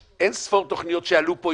יש אין-ספור תוכניות שעלו פה.